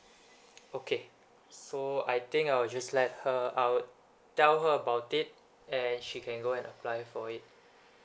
okay so I think I'll just let her out tell her about it and she can go and apply for it